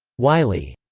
wiley.